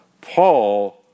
Paul